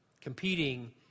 competing